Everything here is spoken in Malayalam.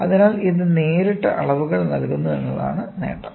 അതിനാൽ ഇത് നേരിട്ട് അളവുകൾ നൽകുന്നു എന്നതാണ് നേട്ടം